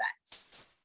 events